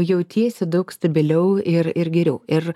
jautiesi daug stabiliau ir ir geriau ir